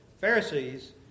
Pharisees